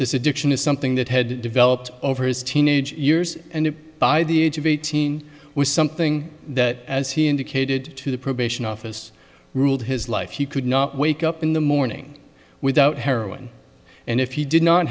this addiction is something that had developed over his teenage years and it by the age of eighteen was something that as he indicated to the probation office ruled his life he could not wake up in the morning without heroin and if he did not